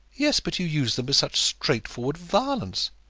yes, but you used them with such straightforward violence!